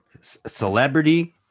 celebrity